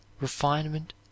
refinement